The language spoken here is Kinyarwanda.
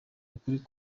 ukuri